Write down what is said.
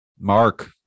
Mark